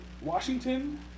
Washington